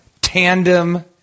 Tandem